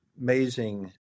amazing